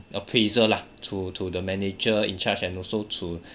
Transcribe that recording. appraisal lah to to the manager in charge and also to